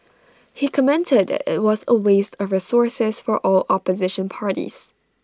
he commented that IT was A waste of resources for all opposition parties